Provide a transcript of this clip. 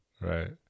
Right